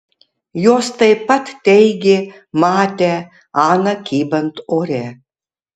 jos taip pat teigė matę aną kybant ore